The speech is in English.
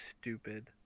stupid